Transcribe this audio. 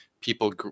people